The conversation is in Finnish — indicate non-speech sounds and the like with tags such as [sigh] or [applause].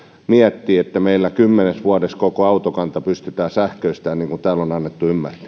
miettiä että meillä kymmenessä vuodessa koko autokanta pystytään sähköistämään niin kuin täällä on annettu ymmärtää [unintelligible]